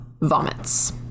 vomits